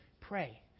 pray